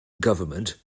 government